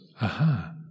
aha